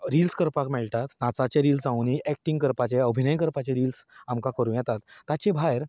reels करपाक मेळटात नाचाचे रिल्स जावुंनी एक्टींग करपाचे अभिनय करपाचे रिल्स आमकां करूं येतात ताचे भायर